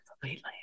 completely